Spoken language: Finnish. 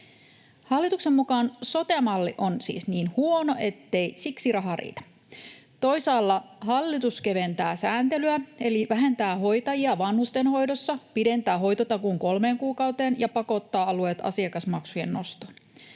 Hallituksen mukaan sote-malli on siis niin huono, ettei siksi raha riitä. Toisaalla hallitus keventää sääntelyä, eli vähentää hoitajia vanhustenhoidossa, pidentää hoitotakuun kolmeen kuukauteen ja pakottaa alueet asiakasmaksujen nostoon